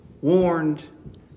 Warned